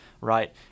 right